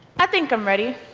i think i'm ready.